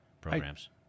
programs